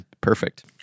Perfect